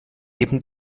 eben